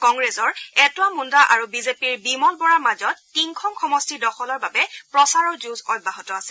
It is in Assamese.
কংগ্ৰেছৰ এটোৱা মুণ্ডা আৰু বিজেপিৰ বিমল বৰাৰ মাজত টিংখং সমষ্টি দখলৰ বাবে প্ৰচাৰৰ যুঁজ অব্যাহত আছে